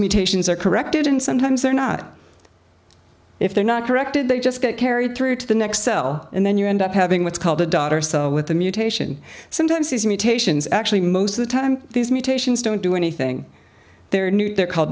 mutations are corrected and sometimes they're not if they're not corrected they just get carried through to the next cell and then you end up having what's called a daughter cell with a mutation sometimes these mutations actually most of the time these mutations don't do anything they're new they're called